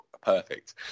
perfect